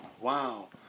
wow